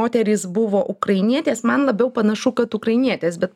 moterys buvo ukrainietės man labiau panašu kad ukrainietės bet